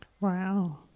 Wow